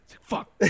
Fuck